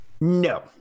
No